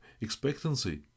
expectancy